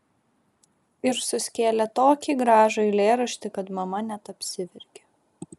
ir suskėlė tokį gražų eilėraštį kad mama net apsiverkė